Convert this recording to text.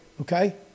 Okay